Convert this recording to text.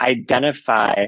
identify